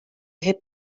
hep